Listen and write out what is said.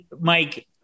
Mike